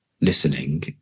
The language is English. listening